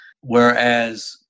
whereas